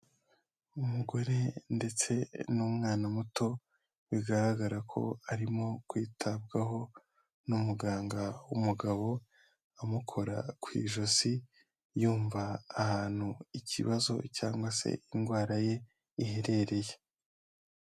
Umugore ndetse n'umwana muto bigaragara ko arimo kwitabwaho n'umuganga w'umugabo, amukora ku ijosi yumva ahantu ikibazo cyangwa se indwara ye iherereye.